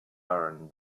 iron